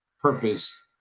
purpose